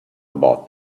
about